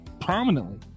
prominently